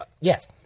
Yes